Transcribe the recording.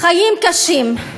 חיים קשים.